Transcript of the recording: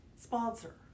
sponsor